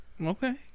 Okay